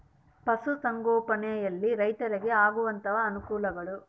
ಪಶುಸಂಗೋಪನೆಯಲ್ಲಿ ರೈತರಿಗೆ ಆಗುವಂತಹ ಅನುಕೂಲಗಳು?